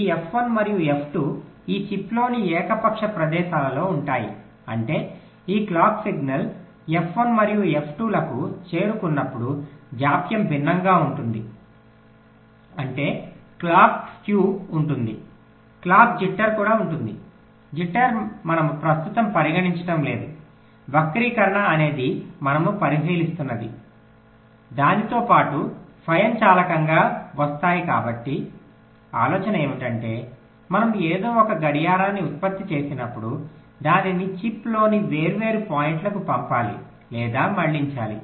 ఈ ఎఫ్ 1 మరియు ఎఫ్ 2 ఈ చిప్లోని ఏకపక్ష ప్రదేశాలలో ఉంటాయి అంటే ఈ క్లాక్ సిగ్నల్ F1 మరియు F2 లకు చేరుకున్నప్పుడు జాప్యం భిన్నంగా ఉంటుంది అంటే క్లాక్ స్క్యూ ఉంటుంది క్లాక్ జిట్టర్ కూడా ఉంటుంది జిట్టర్ మనము ప్రస్తుతం పరిగణించటం లేదు వక్రీకరణ అనేది మనము పరిశీలిస్తున్నది దానితో పాటు స్వయంచాలకంగా వస్తాయికాబట్టి ఆలోచన ఏమిటంటే మనం ఏదో ఒక గడియారాన్ని ఉత్పత్తి చేసినప్పుడు దానిని చిప్లోని వేర్వేరు పాయింట్లకు పంపాలి లేదా మళ్ళించాలి